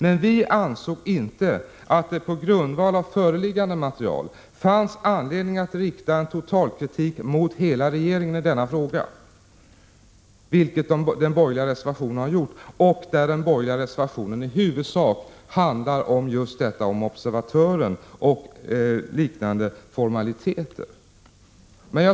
Men vi ansåg inte att det på grundval av föreliggande material fanns anledning att rikta totalkritik mot hela regeringen i denna fråga, vilket de borgerliga har gjort i sin reservation, som i huvudsak handlar om just observatören och liknande formaliteter.